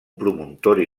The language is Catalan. promontori